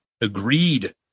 Agreed